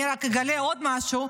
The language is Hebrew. אני רק אגלה עוד משהו.